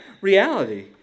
reality